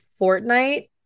Fortnite